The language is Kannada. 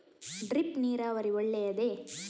ಡ್ರಿಪ್ ನೀರಾವರಿ ಒಳ್ಳೆಯದೇ?